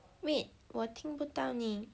wait 我听不到你